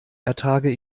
ertrage